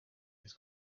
his